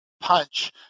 punch